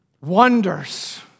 wonders